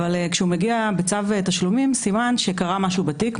אבל כשהוא מגיע בצו תשלומים סימן שקרה משהו בתיק,